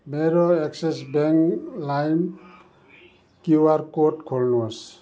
मेरो Axis bank लाइम QR code खोल्नुहोस्